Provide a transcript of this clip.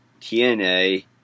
TNA